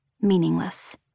meaningless